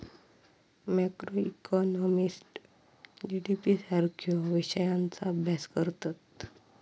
macroeconomist GDP सारख्यो विषयांचा अभ्यास करतत